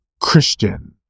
Christian